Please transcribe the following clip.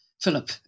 Philip